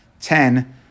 ten